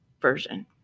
version